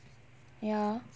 ya